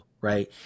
right